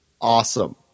awesome